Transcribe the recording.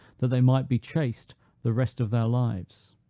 that they might be chaste the rest of their lives.